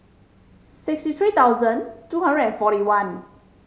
sixty three thousand two hundred and forty one